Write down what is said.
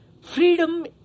freedom